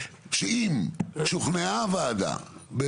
שאם שוכנעה הוועדה,